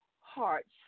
hearts